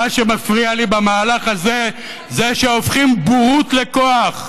מה שמפריע לי במהלך הזה זה שהופכים בורות לכוח,